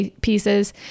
pieces